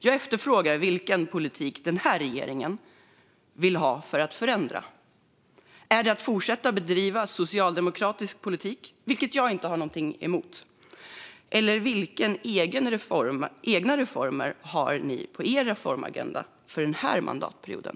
Jag efterfrågar vilken politik regeringen vill ha för att förändra. Är det att fortsätta att bedriva socialdemokratisk politik, vilket jag inte har något emot? Vilka egna reformer har regeringen på sin reformagenda för den här mandatperioden?